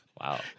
wow